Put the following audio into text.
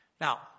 Now